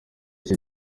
iki